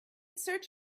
search